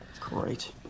Great